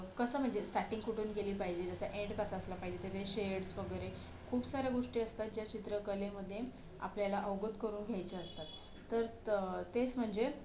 कसं म्हणजे स्टार्टींग कुठून केली पाहिजे त्याचा एन्ड कसा असला पाहिजे त्याचे शेड्स वगैरे खूप साऱ्या गोष्टी असतात ज्या चित्रकलेमध्ये आपल्याला अवगत करून घ्यायचे असतात तर त् तेच म्हणजे